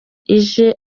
ije